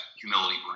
humility